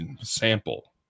sample